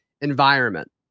environment